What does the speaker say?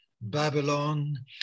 Babylon